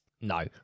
no